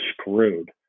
screwed